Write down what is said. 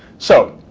so,